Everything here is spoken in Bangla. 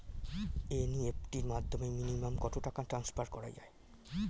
এন.ই.এফ.টি র মাধ্যমে মিনিমাম কত টাকা ট্রান্সফার করা যায়?